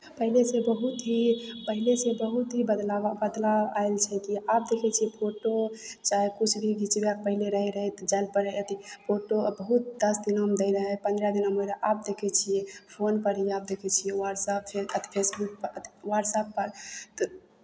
पहिलेसँ बहुत ही पहिलेसँ बहुत ही बदलाव बदलाव आयल छै कि आब देखै छियै फोटो चाहे कुछ भी घीचबैके पहिने रहय तऽ जाय लए पड़य अथी फोटो बहुत दस दिनामे दै रहय पन्द्रह दिनामे दै रहय आब देखैत छियै फोनपर ही आब देखै छै वट्सऐप छै अथी फेसबुक वट्सऐपपर